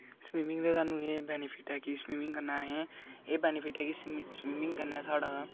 swimming दा सानूं एह् बेनिफिट ऐ कि स्विमिंग कन्नै असें ई एह् बेनिफिट ऐ कि स्विमिंग कन्नै साढ़ा